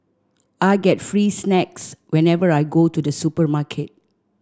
I get free snacks whenever I go to the supermarket